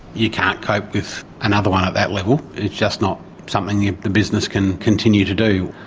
you can't cope with another one at that level, it's just not something the business can continue to do.